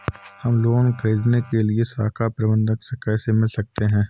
हम लोन ख़रीदने के लिए शाखा प्रबंधक से कैसे मिल सकते हैं?